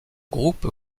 groupe